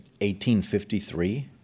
1853